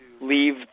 leave